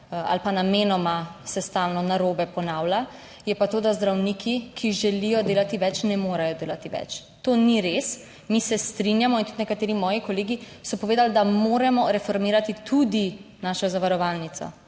ali pa namenoma se stalno narobe ponavlja, je pa to, da zdravniki, ki želijo delati več, ne morejo delati več. To ni res. Mi se strinjamo in tudi nekateri moji kolegi so povedali, da moramo reformirati tudi našo zavarovalnico.